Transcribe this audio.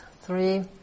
three